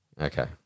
Okay